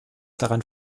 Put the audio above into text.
daran